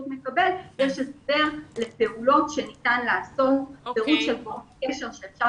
מקבל ויש הסבר לפעולות שניתן לעשות ופירוט אנשי קשר שאפשר